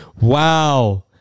Wow